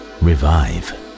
revive